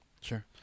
Sure